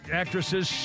actresses